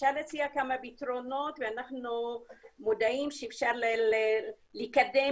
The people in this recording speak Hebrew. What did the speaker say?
ואנחנו מודעים לכך שאפשר לקדם